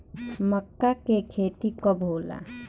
मक्का के खेती कब होला?